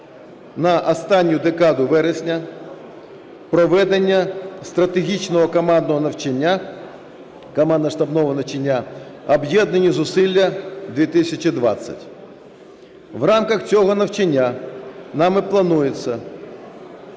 на останню декаду вересня, проведення стратегічного командно-штабного навчання "Об'єднані зусилля – 2020". В рамках цього навчання нами планується